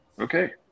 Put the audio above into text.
Okay